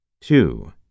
Two